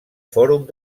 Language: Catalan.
fòrum